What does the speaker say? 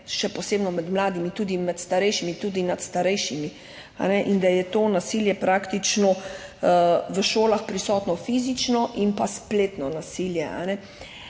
še posebno med mladimi, tudi med starejšimi, tudi nad starejšimi, in da je v šolah prisotno fizično in pa spletno nasilje.